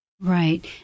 Right